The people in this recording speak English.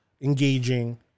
engaging